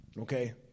Okay